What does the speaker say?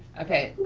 okay,